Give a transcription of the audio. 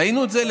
לא ראית.